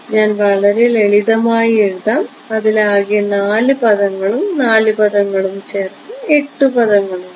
അതിനാൽ ഞാൻ വളരെ ലളിതമായി എഴുതാം അതിൽ ആകെ 4 പദങ്ങളും 4 പദങ്ങളും ചേർത്ത് 8 പദങ്ങളുണ്ട്